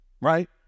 right